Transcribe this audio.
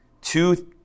two